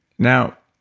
now,